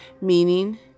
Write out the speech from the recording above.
Meaning